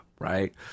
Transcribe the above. Right